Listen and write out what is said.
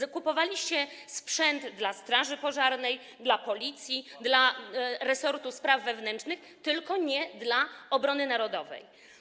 Wy kupowaliście sprzęt dla straży pożarnej, dla Policji, dla resortu spraw wewnętrznych, tylko nie dla obrony narodowej.